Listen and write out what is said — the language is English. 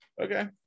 okay